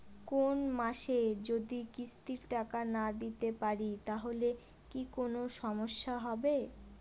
কোনমাসে যদি কিস্তির টাকা না দিতে পারি তাহলে কি কোন সমস্যা হবে?